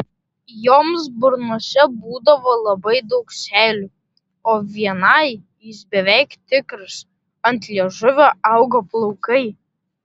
joms burnose būdavo labai daug seilių o vienai jis beveik tikras ant liežuvio augo plaukai